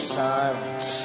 silence